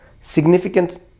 significant